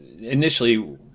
initially